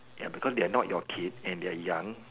ya because they are not your kids and they are young